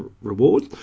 reward